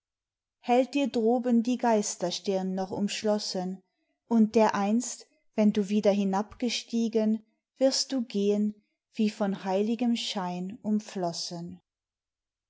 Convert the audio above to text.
brücke hält dir droben die geisterstirn noch umschlossen und dereinst wenn du wieder hinabgestiegen wirst du gehn wie von heiligem schein umflossen